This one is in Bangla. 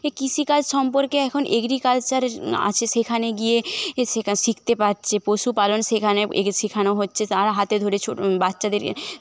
কৃষিকাজ সম্পর্কে এখন এগ্রিকালচার আছে সেখানে গিয়ে শেখা শিখতে পারছে পশুপালন সেখানে শেখানো হচ্ছে তারা হাতে ধরে ছোট বাচ্চাদের